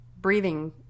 breathing